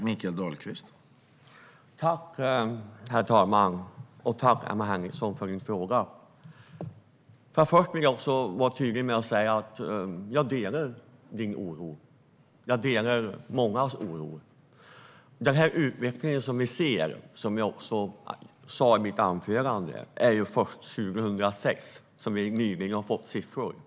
Herr talman! Tack, Emma Henriksson, för din fråga! Jag delar din och mångas oro. Som jag sa i mitt anförande började den här utvecklingen 2006.